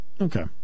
okay